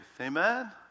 Amen